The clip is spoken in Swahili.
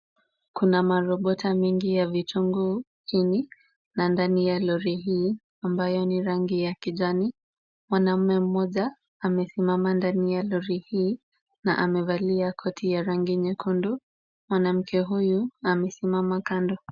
Kuna marobota mengi ya vitunguu chini na ndani ya lori hii ambayo ni rangi ya kijani. Mwanaume mmoja amesimama ndani ya lori hii na amevalia koti ya rangi nyekundu. Mwanamke huyu amesimama kando.